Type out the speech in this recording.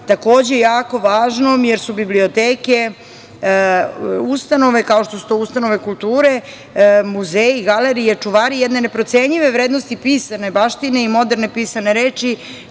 takođe jako važnom, jer su biblioteke ustanove, kao što su to ustanove kulture, muzeji, galerije, čuvari jedne neprocenjive vrednosti pisane baštine i moderne pisane reči